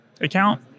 account